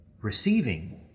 receiving